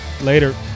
Later